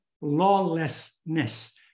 lawlessness